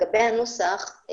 לגבי הנוסח,